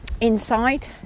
inside